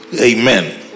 Amen